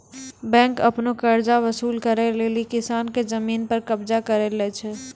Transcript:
bank आपनो कर्जा वसुल करै लेली किसान के जमिन पर कबजा करि लै छै